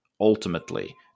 ultimately